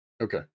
Okay